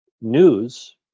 news